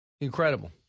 Incredible